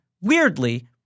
weirdly